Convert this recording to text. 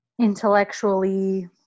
intellectually